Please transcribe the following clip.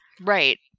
right